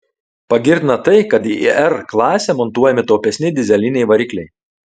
pagirtina tai kad į r klasę montuojami taupesni dyzeliniai varikliai